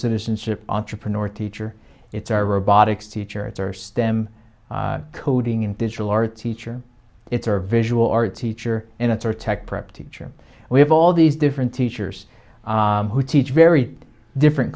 citizenship entrepreneur or teacher it's our robotics teacher it's our stem coding and digital art teacher it's our visual art teacher and it's our tech prep teacher we have all these different teachers who teach very different